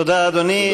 תודה, אדוני.